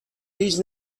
هیچ